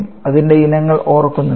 അതിൻറെ ഇനങ്ങൾ ഓർക്കുന്നുണ്ടോ